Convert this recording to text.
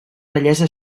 bellesa